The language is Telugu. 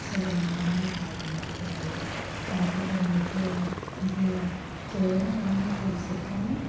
అసలు వండడమే రాదు ఎందుకో అది చాపల కూరయితే ఇంకా చెయ్యడం ఎలానో తెలుసు కానీ